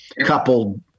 coupled